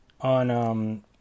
on